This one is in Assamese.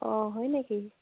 অঁ হয় নেকি